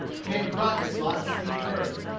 it came crockett's lot to speak first.